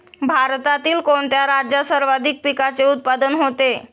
भारतातील कोणत्या राज्यात सर्वाधिक पिकाचे उत्पादन होते?